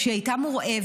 שהיא הייתה מורעבת,